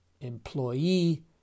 employee